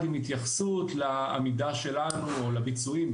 עם התייחסות לעמידה שלנו או לביצועים,